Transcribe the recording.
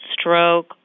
stroke